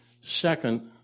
Second